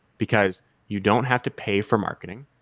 because you don't have to pay for marketing.